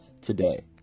today